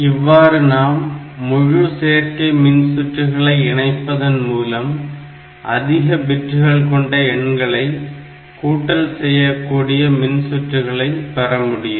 இவ்வாறு நாம் முழு சேர்க்கை மின்சுற்றுகளை இணைப்பதன் மூலமாக அதிக பிட்டுகள் கொண்ட எண்களை கூட்டல் செய்யக்கூடிய மின்சுற்றுகளை பெறமுடியும்